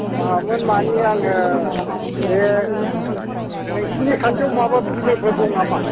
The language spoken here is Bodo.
मामोन माने आङो बे नोंसोरनि खाथियाव माबा बिलोफोर दं नामा